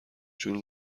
جور